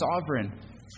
sovereign